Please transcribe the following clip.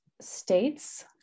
states